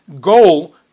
goal